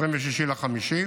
26 במאי,